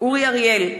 אורי אריאל,